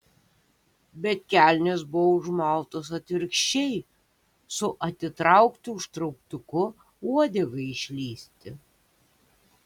bet kelnės buvo užmautos atvirkščiai su atitrauktu užtrauktuku uodegai išlįsti